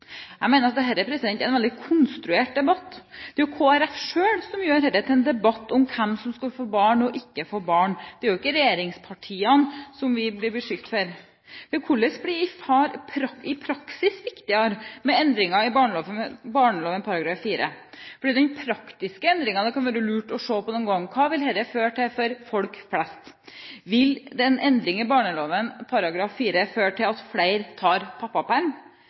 er en veldig konstruert debatt. Det er jo Kristelig Folkeparti selv som gjør dette til en debatt om hvem som skal kunne få barn og ikke få barn – det er jo ikke regjeringspartiene. Hvordan blir far i praksis viktigere med endringer i barneloven § 4? Det er de praktiske endringene det kan være lurt å se på – hva vil dette føre til for folk flest? Vil den endringen i barneloven § 4 føre til at flere tar pappaperm?